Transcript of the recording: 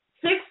Six